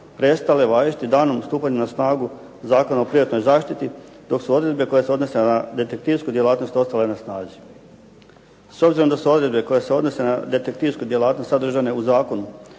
prestale važiti danom stupanja na snagu Zakona o privatnoj zaštiti, dok su odredbe koje se odnose na detektivsku djelatnost ostale na snazi. S obzirom da su odredbe koje se odnose na detektivsku djelatnost sadržane u zakonu